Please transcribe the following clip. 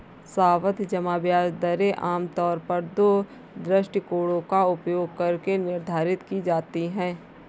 सावधि जमा ब्याज दरें आमतौर पर दो दृष्टिकोणों का उपयोग करके निर्धारित की जाती है